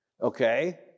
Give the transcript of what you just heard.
Okay